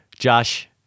Josh